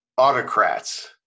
autocrats